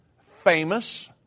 famous